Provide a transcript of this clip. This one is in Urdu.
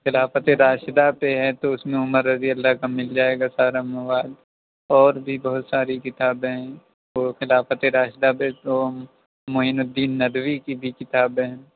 خلافت راشدہ پہ ہے تو اس میں عمر رضی اللہ کا مل جائے گا سارا مواد اور بھی بہت ساری کتابیں ہیں وہ خلافت راشدہ معین الدین ندوی کی بھی کتابیں ہیں